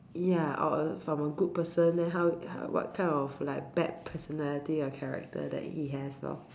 ya or uh from a good person then how what kind of like bad personality or character that he have lor